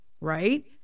right